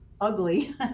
ugly